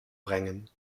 brengen